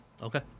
Okay